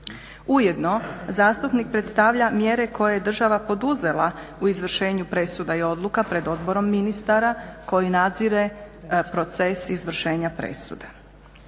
Ujedno zastupnik predstavlja mjere koje je država poduzela u izvršenju presuda i odluka pred odborom ministara koji nadzire proces izvršenja presude.